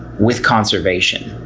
with conservation.